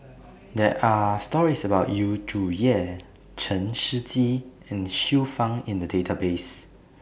There Are stories about Yu Zhuye Chen Shiji and Xiu Fang in The Database